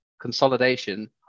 consolidation